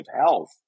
health